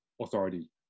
authority